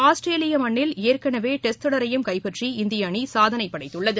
ஆஸ்திரேலிய மண்ணில் ஏற்கனவே டெஸ்ட் தொடரையும் கைப்பற்றி இந்திய அணி சாதனை படைத்தது